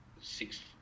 six